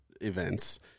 events